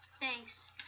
Thanks